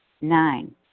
Nine